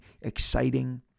exciting